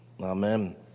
Amen